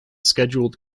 scheduled